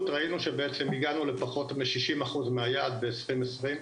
ראינו שבעצם הגענו לפחות משישים אחוז מהיעד ב-2020.